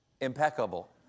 impeccable